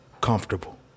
comfortable